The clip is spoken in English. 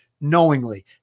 knowingly